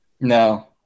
No